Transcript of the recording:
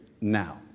now